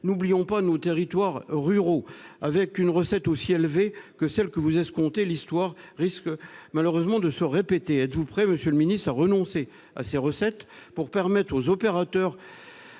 N'oublions pas nos territoires ruraux ! Avec une recette aussi élevée que celle que vous escomptez, l'histoire risque malheureusement de se répéter. Êtes-vous prêt, monsieur le ministre, à renoncer à ces recettes pour permettre aux opérateurs,